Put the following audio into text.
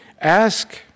Ask